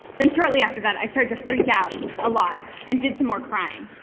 then shortly after that, i started to freak out a lot and did some more crying.